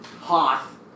Hoth